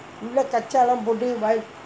உள்ளே:ullae kacang லாம் போட்டு:laam pottu